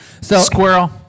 Squirrel